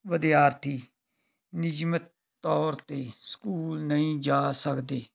ਵਿਦਿਆਰਥੀ ਨਿਯਮਤ ਤੌਰ 'ਤੇ ਸਕੂਲ ਨਹੀਂ ਜਾ ਸਕਦੇ